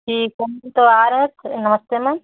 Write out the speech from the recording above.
ठीक है मैम तो आ रहें नमस्ते मैम